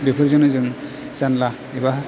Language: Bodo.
बेफोरजोंनो जों जानला एबा